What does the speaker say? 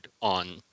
on